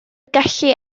gallai